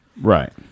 Right